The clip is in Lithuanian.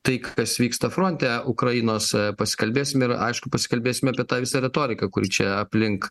tai kas vyksta fronte ukrainos pasikalbėsim ir aišku pasikalbėsim apie tą visą retoriką kuri čia aplink